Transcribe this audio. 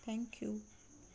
thank you